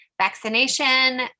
vaccination